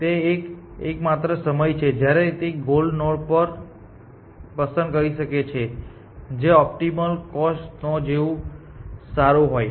તેથી તે એકમાત્ર સમય છે જ્યારે તે ગોલ નોડ પસંદ કરી શકે છે જે ઓપ્ટિમલ કોસ્ટ નોડ જેટલું સારું હોય